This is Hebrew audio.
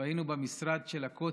והיינו במשרד של הכותל,